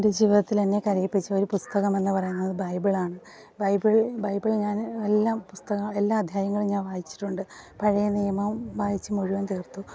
എൻ്റെ ജീവിതത്തിലെന്നെ കരയിപ്പിച്ചൊരു പുസ്തകമെന്ന് പറയുന്നത് ബൈബിളാണ് ബൈബിൾ ബൈബിൾ ഞാൻ എല്ലാ പുസ്തകങ്ങളും എല്ലാ അദ്ധ്യായങ്ങളും ഞാൻ വായിച്ചിട്ടുണ്ട് പഴയ നിയമം വായിച്ച് മുഴുവൻ തീർത്തു